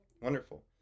Wonderful